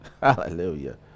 Hallelujah